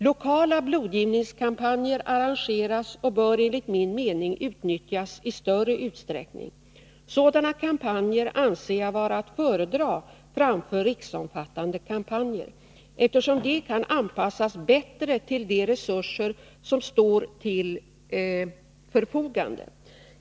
Lokala blodgivningskampanjer arrangeras och bör enligt min mening utnyttjas i större utsträckning. Sådana kampanjer anser jag vara att föredra framför riksomfattande kampanjer, eftersom de kan anpassas bättre till de resurser som står till förfogande.